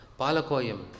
palakoyam